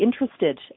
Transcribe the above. interested